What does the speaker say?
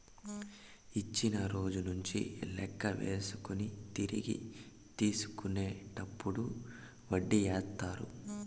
ఇచ్చిన రోజు నుంచి లెక్క వేసుకొని తిరిగి తీసుకునేటప్పుడు వడ్డీ ఏత్తారు